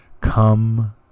Come